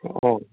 अ